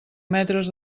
metres